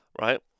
Right